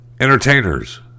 entertainers